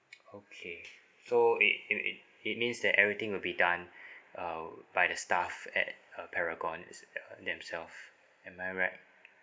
okay so it it it it means that everything will be done uh by the staff at uh paragon is uh themselves am I right